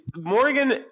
Morgan